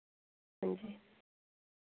हांजी